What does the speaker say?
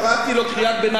ככה אתה סופר גם את הגירעון.